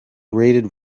rated